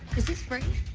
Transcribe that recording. is this free?